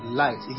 light